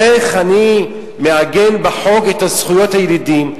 איך אני מעגן בחוק את זכויות הילידים,